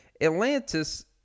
Atlantis